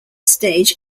stage